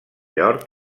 york